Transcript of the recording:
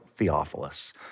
Theophilus